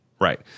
Right